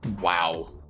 Wow